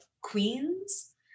Queens